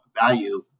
value